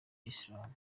islam